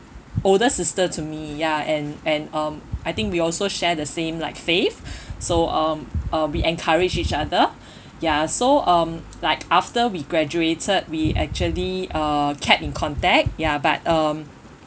older sister to me ya and and um I think we also share the same like faith so um uh we encourage each other ya so um like after we graduated we actually uh kept in contact ya but um